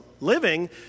living